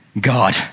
God